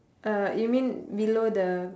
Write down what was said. uh you mean below the